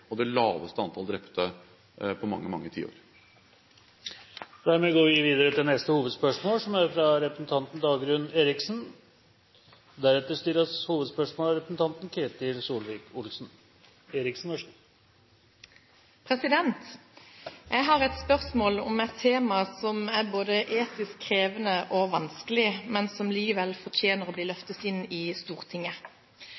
og det laveste antall drepte på mange, mange tiår. Vi går videre til neste hovedspørsmål. Jeg har et spørsmål om et tema som er både etisk krevende og vanskelig, men som likevel fortjener å bli